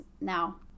Now